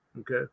Okay